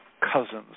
Cousin's